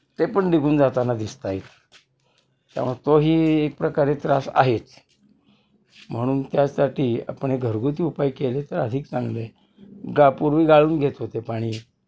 ते पण निघून जाताना दिसत आहेत त्यामुळे तो ही एक प्रकारे त्रास आहेच म्हणून त्यासाठी आपण हे घरगुती उपाय केले तर अधिक चांगलं आहे गा पूर्वी गाळून घेत होते पाणी